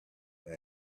that